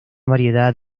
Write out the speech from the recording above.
variedad